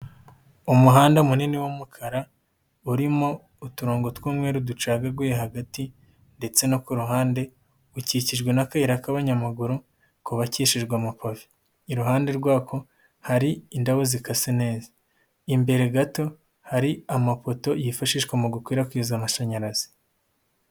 Umuhanda munini w'umukara urimo uturongo tw'umweru ducagaguye hagati ndetse no ku ruhande, ukikijwe n'akayira k'abanyamaguru kubakishijwe amapave. Iruhande rwako hari indabo zikase neza, imbere gato hari amapoto yifashishwa mu gukwirakwiza amashanyarazi.